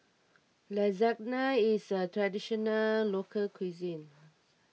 Lasagna is a Traditional Local Cuisine